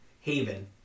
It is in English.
Haven